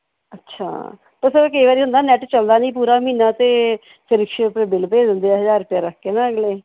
ਅੱਛਾ ਅਤੇ ਸਰ ਕਈ ਵਾਰ ਹੁੰਦਾ ਨੈੱਟ ਚੱਲਦਾ ਨਹੀਂ ਪੂਰਾ ਮਹੀਨਾ ਅਤੇ ਬਿੱਲ ਭੇਜ ਦਿੰਦੇ ਹੈ ਹਜ਼ਾਰ ਰੁਪਿਆ ਰੱਖ ਕੇ ਨਾ ਅਗਲੇ